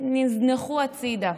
נזנחו הצידה.